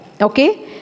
Okay